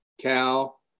Cal